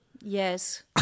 Yes